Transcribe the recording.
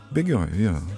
bėgioju jo